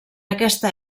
aquesta